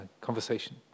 conversation